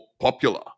popular